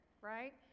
right